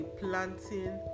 planting